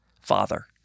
father